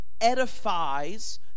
edifies